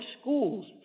schools